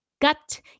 gut